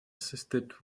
assisted